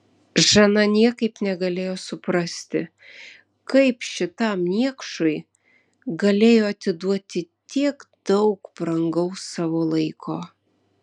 žana niekaip negalėjo suprasti kaip šitam niekšui galėjo atiduoti tiek daug brangaus savo laiko